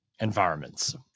environments